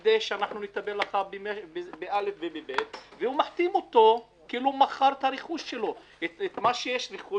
עבד אל חכים חאג' יחיא (הרשימה המשותפת): כבוד היושב ראש,